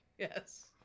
Yes